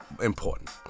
important